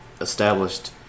established